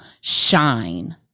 shine